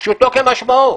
פשוטו כמשמעו.